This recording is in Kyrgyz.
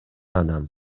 адам